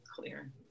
Clear